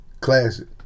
classic